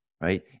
right